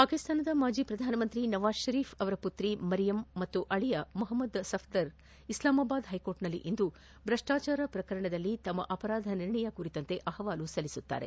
ಪಾಕಿಸ್ತಾನದ ಮಾಜಿ ಪ್ರಧಾನಿ ನವಾಜ್ ಷರೀಫ್ ಅವರ ಪುತ್ರಿ ಮರಿಯಮ್ ಮತ್ತು ಅಳಿಯ ಮೊಹಮ್ಮದ್ ಸಫ್ಲರ್ ಇಸ್ಲಾಮಾಬಾದ್ ಹೈಕೋರ್ಟ್ನಲ್ಲಿಂದು ಭ್ರಷ್ಟಾಚಾರ ಪ್ರಕರಣದಲ್ಲಿನ ತಮ್ಮ ಅಪರಾಧ ನಿರ್ಣಯ ಕುರಿತು ಅಹವಾಲು ಸಲ್ಲಿಸಲಿದ್ದಾರೆ